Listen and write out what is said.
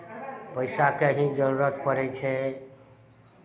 पइसाके ही जरूरत पड़ै छै